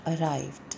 arrived